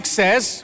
says